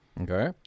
okay